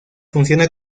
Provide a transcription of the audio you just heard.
funciona